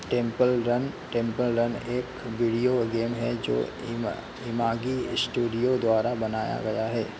temple Run Temple Run एक video game है जो इमा इमागी स्टूडियो द्वारा बनाया गया है